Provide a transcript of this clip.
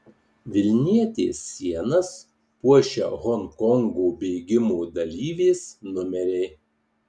vilnietės sienas puošia honkongo bėgimų dalyvės numeriai